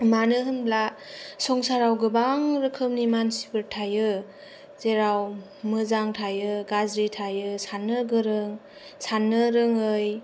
मानो होनब्ला संसाराव गोबां रोखोमनि मानसिफोर थायो जेराव मोजां थायो गाज्रि थायो साननो गोरों साननो रोङै